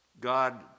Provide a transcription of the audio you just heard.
God